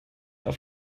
auf